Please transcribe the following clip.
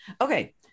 okay